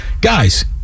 guys